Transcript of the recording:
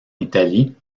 italie